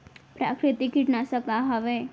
प्राकृतिक कीटनाशक का हवे?